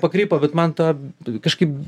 pakrypo bet man ta kažkaip